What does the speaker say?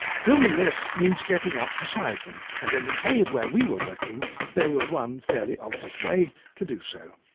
filming this means getting up beside them, and in the cave where we were working there was one fairly obvious way to do so.